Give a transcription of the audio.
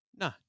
No